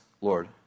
Lord